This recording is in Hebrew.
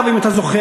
אם אתה זוכר,